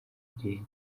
igihe